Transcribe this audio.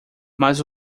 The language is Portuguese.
mas